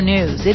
News